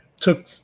took